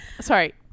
sorry